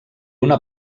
una